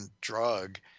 drug